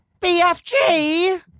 BFG